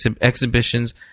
exhibitions